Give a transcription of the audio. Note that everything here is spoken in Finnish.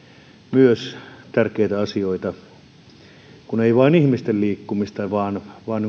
myös tärkeitä asioita esille ei vain ihmisten liikkumista vaan vaan